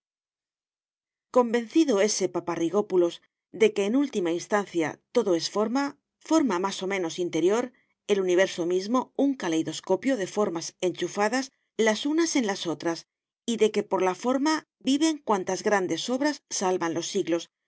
convencido s paparrigópulos de que en última instancia todo es forma forma más o menos interior el universo mismo un caleidoscopio de formas enchufadas las unas en las otras y de que por la forma viven cuantas grandes obras salvan los siglos